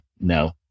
no